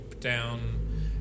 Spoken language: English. down